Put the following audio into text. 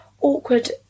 awkward